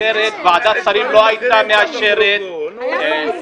אחרת ועדת שרים לא היתה מאשרת --- יש דברים אחרים